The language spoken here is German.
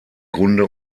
grunde